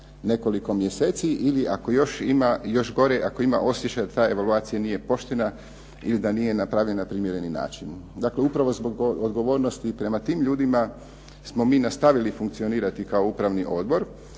nekoliko mjeseci ili ako još ima još gore ako ima osjećaj da ta evaluacija nije poštena ili da nije napravljena na primjereni način. Dakle, upravo zbog odgovornosti prema tim ljudima smo mi nastavili funkcionirati kao upravni odbor,